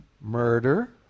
Murder